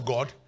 God